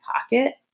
pocket